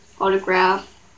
autograph